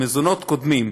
מזונות קודמים.